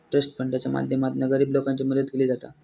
trust फंडाच्या माध्यमातना गरीब लोकांची मदत केली जाता